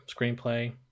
screenplay